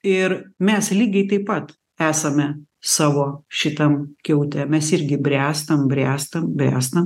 ir mes lygiai taip pat esame savo šitam kiaute mes irgi bręstam bręstam bręstam